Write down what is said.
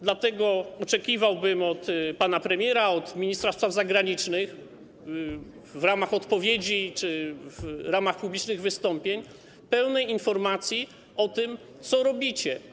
Dlatego oczekiwałbym od pana premiera, od ministra spraw zagranicznych - w ramach odpowiedzi czy w ramach publicznych wystąpień - pełnej informacji o tym, co robicie.